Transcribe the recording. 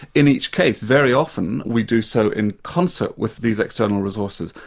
in each case very often we do so in concert with these external resources.